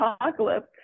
apocalypse